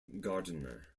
gardiner